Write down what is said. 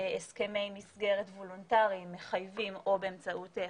הסכמי מסגרת וולונטריים מחייבים או באמצעות חקיקה,